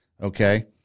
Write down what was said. okay